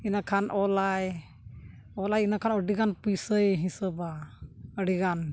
ᱤᱱᱟᱹᱠᱷᱟᱱ ᱚᱞᱟᱭ ᱚᱞᱟᱭ ᱤᱱᱟᱹᱠᱷᱟᱱ ᱟᱹᱰᱤᱜᱟᱱ ᱯᱚᱭᱥᱟᱭ ᱦᱤᱥᱟᱹᱵᱟ ᱟᱹᱰᱤᱜᱟᱱ